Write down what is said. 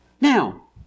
Now